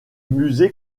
musée